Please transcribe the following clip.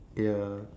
yeah